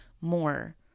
more